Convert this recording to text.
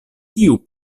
kiu